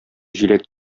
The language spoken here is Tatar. җиләк